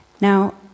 Now